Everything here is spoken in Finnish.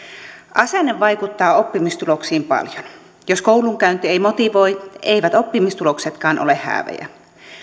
asenne vaikuttaa oppimistuloksiin paljon jos koulunkäynti ei motivoi eivät oppimistuloksetkaan ole häävejä